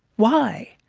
why?